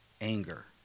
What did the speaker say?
anger